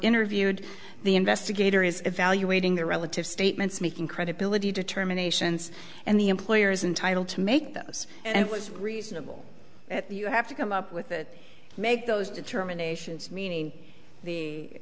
interviewed the investigator is evaluating the relative statements making credibility determinations and the employer is entitle to make those and was reasonable at the you have to come up with that make those determinations meaning the